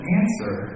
answer